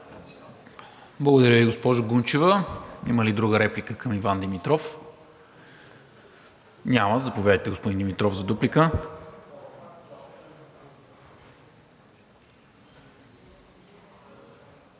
Благодаря Ви, госпожо Гунчева. Има ли друга реплика към Иван Димитров? Няма. Заповядайте, господин Димитров, за дуплика.